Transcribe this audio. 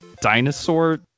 dinosaur